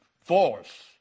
force